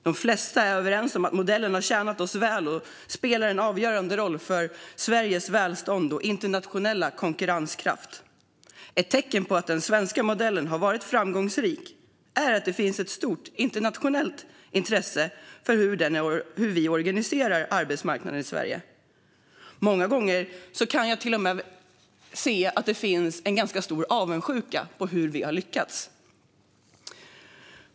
De flesta är överens om att modellen tjänar oss väl och spelar en avgörande roll för Sveriges välstånd och internationella konkurrenskraft. Ett tecken på att den svenska modellen är framgångsrik är att det finns ett stort internationellt intresse för hur Sverige organiserar sin arbetsmarknad. Många gånger finns det till och med en ganska stor avundsjuka på hur vi har lyckats.